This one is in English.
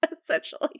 essentially